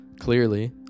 Clearly